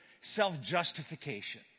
self-justification